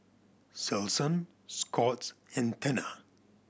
Selsun Scott's and Tena